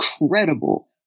incredible